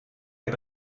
heb